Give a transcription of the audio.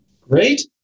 Great